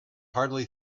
hardly